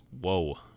Whoa